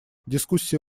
дискуссии